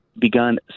begun